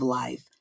life